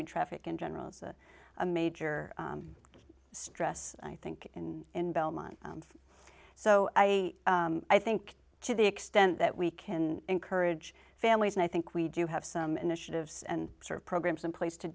mean traffic in general a major stress i think in in belmont so i i think to the extent that we can encourage families and i think we do have some initiatives and sort of programs in place to